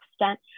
extent